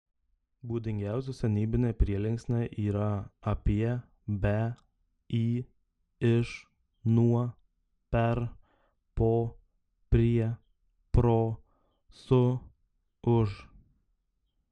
būdingiausi senybiniai prielinksniai yra apie be į iš nuo per po prie pro su už